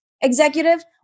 executive